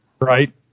right